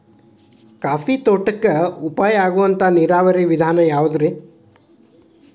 Coffee ತೋಟಕ್ಕ ಉಪಾಯ ಆಗುವಂತ ನೇರಾವರಿ ವಿಧಾನ ಯಾವುದ್ರೇ?